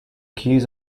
keys